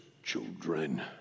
children